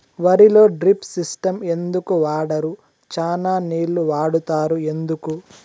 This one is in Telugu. వరిలో డ్రిప్ సిస్టం ఎందుకు వాడరు? చానా నీళ్లు వాడుతారు ఎందుకు?